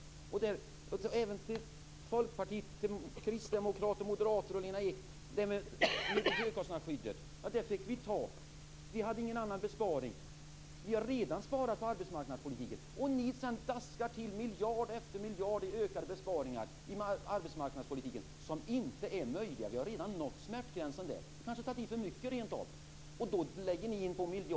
Och precis som till moderater, till kristdemokrater och till Lena Ek vill jag säga om högkostnadsskyddet att det fick vi ta. Vi hade ingen annan besparing. Vi har redan sparat på arbetsmarknadspolitiken. Ni daskar sedan till med miljard efter miljard i ökade besparingar på arbetsmarknadspolitiken, något som inte är möjligt. Vi har redan nått smärtgränsen där. Vi kanske rentav har tagit i för mycket. Då lägger ni på ytterligare.